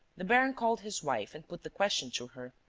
the baron called his wife and put the question to her.